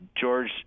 George